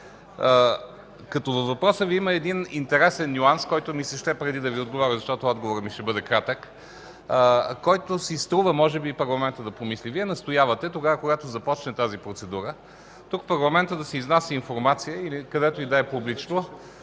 Във въпроса Ви има един интересен нюанс, който ми се ще преди да Ви отговоря, защото отговорът ми ще бъде кратък, по който си струва може би парламентът да помисли. Вие настоявате тогава, когато започне тази процедура, тук в парламента да се изнася информация, или където и да е, публично